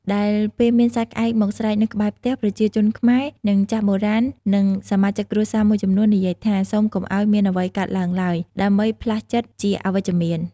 ដែលពេលមានសត្វក្អែកមកស្រែកនៅក្បែរផ្ទះ ប្រជាជនខ្មែរនិងចាស់បុរាណនិងសមាជិកគ្រួសារមួយចំនួននិយាយថា: “សូមកុំឲ្យមានអ្វីកើតឡើងឡើយ” ដើម្បីផ្លាស់ចិត្តជាអវិជ្ជមាន។